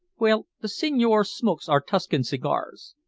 well, the signore smokes our tuscan cigars.